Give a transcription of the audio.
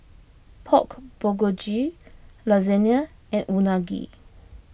Pork Bulgogi Lasagna and Unagi